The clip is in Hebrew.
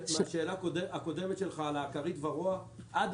השאלה הקודמת שלך על האקרית וורואה עד